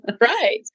Right